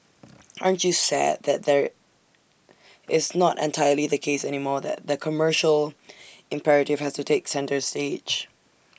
aren't you sad that there is not entirely the case anymore that the commercial imperative has to take centre stage